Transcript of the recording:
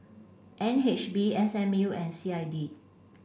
N H B S M U and C I D